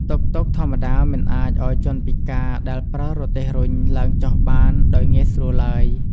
តុកតុកធម្មតាមិនអាចឱ្យជនពិការដែលប្រើរទេះរុញឡើងចុះបានដោយងាយស្រួលឡើយ។